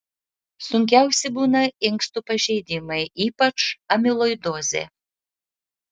sunkiausi būna inkstų pažeidimai ypač amiloidozė